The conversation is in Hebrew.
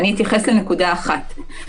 אני אתייחס לנקודה אחת,